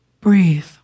Breathe